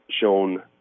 shown